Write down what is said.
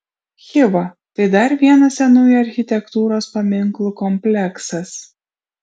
chiva tai dar vienas senųjų architektūros paminklų kompleksas